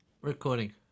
recording